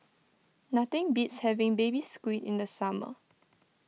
nothing beats having Baby Squid in the summer